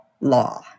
law